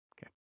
Okay